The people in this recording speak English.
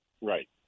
right